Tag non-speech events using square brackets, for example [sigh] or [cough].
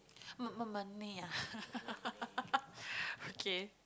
more more money ah [laughs] okay